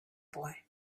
boy